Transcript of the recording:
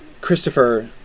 Christopher